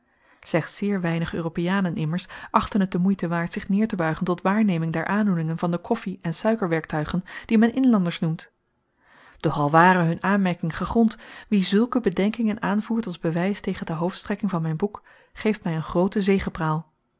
slechts zeer weinig europeanen immers achten het de moeite waard zich neertebuigen tot waarneming der aandoeningen van de koffi en suikerwerktuigen die men inlanders noemt doch al ware hun aanmerking gegrond wie zùlke bedenkingen aanvoert als bewys tegen de hoofdstrekking van myn boek geeft my een groote